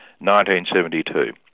1972